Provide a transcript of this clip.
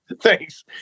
Thanks